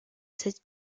cette